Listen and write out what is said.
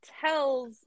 tells